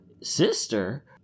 Sister